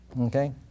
Okay